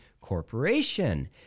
Corporation